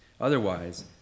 Otherwise